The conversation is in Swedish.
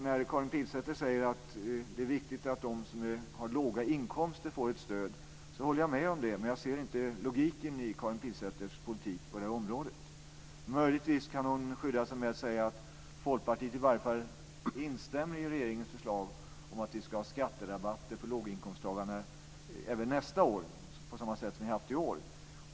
När Karin Pilsäter säger att det är viktigt att de som har låga inkomster får ett stöd håller jag med om det, men jag ser inte logiken i Karin Pilsäters politik på det här området. Möjligtvis kan hon skydda sig med att säga att Folkpartiet i varje fall instämmer i regeringens förslag om att vi ska ha skatterabatter för låginkomsttagarna även nästa år, på samma sätt som vi haft i år.